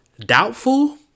doubtful